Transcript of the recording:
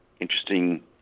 Interesting